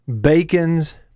bacons